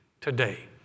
today